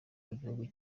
mugihugu